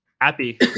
Happy